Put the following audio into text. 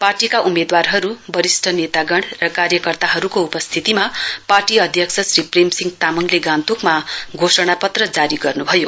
पार्टीका उम्मेदवारहरु वरिष्ट नेतागण र कार्यकर्ताहरुके उपस्थितीमा पार्टी अध्यक्ष श्री प्रेमसिंह तामङले गान्तोकमा घोषणापत्र जारी गर्नुभयो